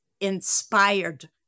inspired